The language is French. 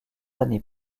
années